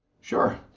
Sure